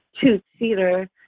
two-seater